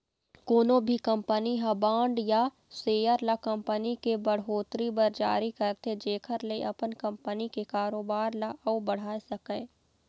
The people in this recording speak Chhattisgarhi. कोनो भी कंपनी ह बांड या सेयर ल कंपनी के बड़होत्तरी बर जारी करथे जेखर ले अपन कंपनी के कारोबार ल अउ बढ़ाय सकय